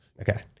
Okay